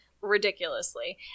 ridiculously